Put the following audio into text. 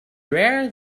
rare